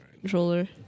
controller